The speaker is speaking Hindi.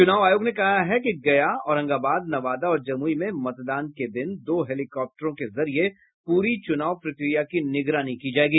चुनाव आयोग ने कहा है कि गया औरंगाबाद नवादा और जमुई में मतदान के दिन दो हेलीकाप्टरों के जरिये पूरी चुनाव प्रक्रिया की निगरानी की जायेगी